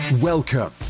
Welcome